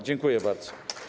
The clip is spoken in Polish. Dziękuję bardzo.